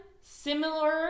similar